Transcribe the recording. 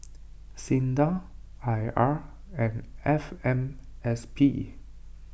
Sinda I R and F M S P